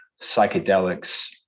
psychedelics